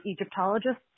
Egyptologists